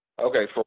Okay